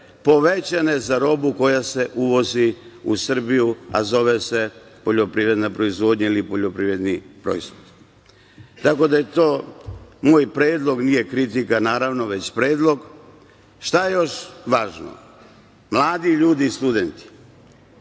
povećane za robu koja se uvozi u Srbiju, a zove se poljoprivredna proizvodnja ili poljoprivredni proizvod, tako da je to moj predlog. Nije kritika, naravno, već predlog. Šta je još važno? Mladi ljudi i studenti.